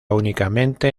únicamente